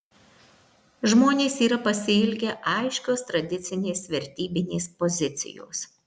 žmonės yra pasiilgę aiškios tradicinės vertybinės pozicijos